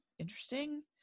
interesting